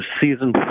season